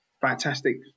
fantastic